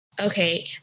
okay